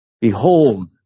Behold